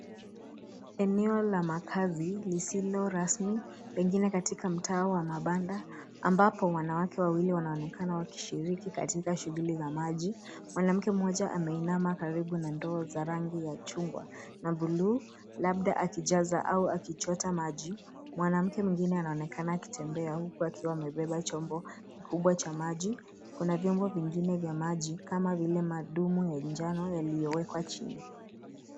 Eneo la makazi lisilo rasmi pengine katika mtaa wa mabanda ambapo wanawake wawili wanaonekana wakishiriki katika shughuli za maji. Mwanamke mmoja ameinama karibu na ndoo za rangi ya chungwa na bluu labda akijaza au akichota maji. Mwanamke mwingine anaonekana akitembea huku akiwa amebeba chombo kubwa cha maji. Kuna vyombo vingine vya maji kama vile madumu ya njano yaliyowekwa chini.